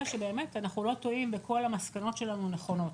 שאנחנו לא טועים וכל המסקנות שלנו הן נכונות.